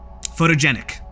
photogenic